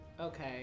Okay